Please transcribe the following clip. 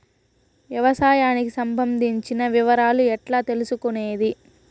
వ్యవసాయానికి సంబంధించిన వివరాలు ఎట్లా తెలుసుకొనేది?